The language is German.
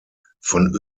von